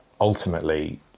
ultimately